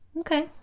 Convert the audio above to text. Okay